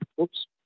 Oops